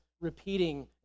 repeating